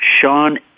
Sean